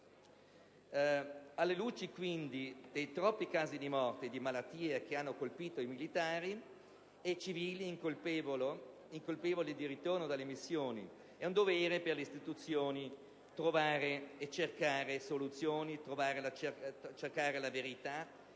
Alla luce quindi dei troppi casi di morte e malattie che hanno colpito militari e civili incolpevoli di ritorno dalle missioni, è un dovere per le istituzioni cercare e trovare soluzioni, cercare e